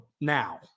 now